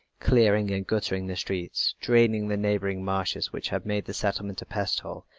clearing and guttering the streets, draining the neighboring marshes which had made the settlement a pest-hole,